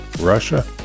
Russia